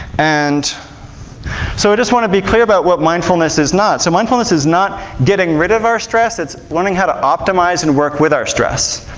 and so i just want to be clear about what mindfulness is not. so mindfulness is not getting rid of our stress, it's learning how to optimize and work with our stress.